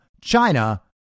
China